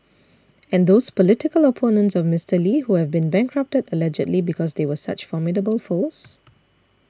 and those political opponents of Mister Lee who have been bankrupted allegedly because they were such formidable foes